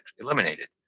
eliminated